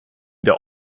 der